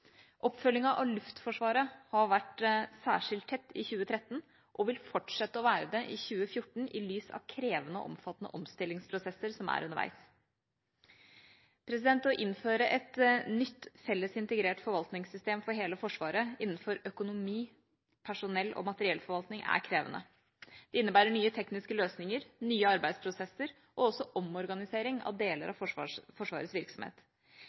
av Luftforsvaret har vært særskilt tett i 2013 og vil fortsette å være det i 2014 i lys av krevende og omfattende omstillingsprosesser som er underveis. Å innføre et nytt felles integrert forvaltningssystem for hele Forsvaret innenfor økonomi, personell og materiellforvaltning er krevende. Det innebærer nye tekniske løsninger, nye arbeidsprosesser og også omorganisering av deler av Forsvarets virksomhet.